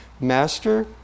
Master